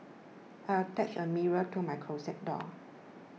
I attached a mirror to my closet door